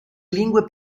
lingue